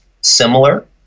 similar